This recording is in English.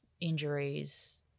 injuries